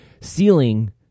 ceiling